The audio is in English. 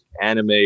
anime